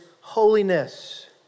holiness